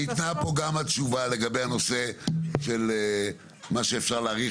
ניתנה פה גם התשובה של מה שאפשר להאריך